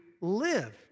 live